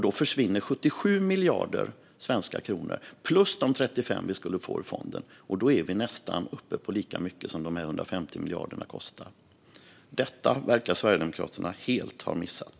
Då försvinner 77 miljarder svenska kronor plus de 35 miljarder vi skulle få ur fonden, och då är vi nästan uppe i de 150 miljarder som detta kostar. Det verkar Sverigedemokraterna helt ha missat.